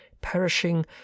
perishing